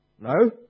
No